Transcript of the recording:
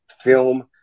film